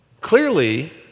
Clearly